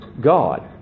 God